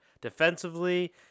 defensively